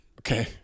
Okay